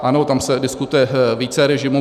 Ano, tam se diskutuje více režimů.